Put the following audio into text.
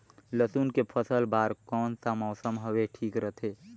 लसुन के फसल बार कोन सा मौसम हवे ठीक रथे?